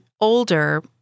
older